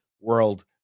world